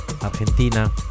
Argentina